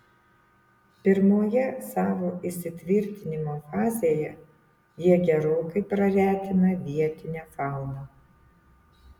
pirmoje savo įsitvirtinimo fazėje jie gerokai praretina vietinę fauną